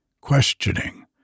questioning